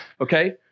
okay